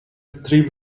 three